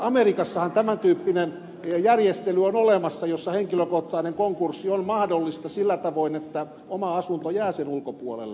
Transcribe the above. amerikassahan tämän tyyppinen järjestely on olemassa jossa henkilökohtainen konkurssi on mahdollista sillä tavoin että oma asunto jää sen ulkopuolelle